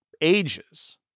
ages